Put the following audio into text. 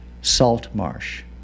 Saltmarsh